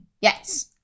Yes